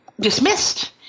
dismissed